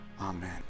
Amen